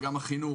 גם של החינוך